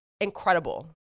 incredible